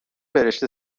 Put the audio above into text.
برشته